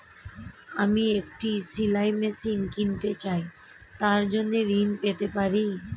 আমি একটি সেলাই মেশিন কিনতে চাই তার জন্য ঋণ পেতে পারি?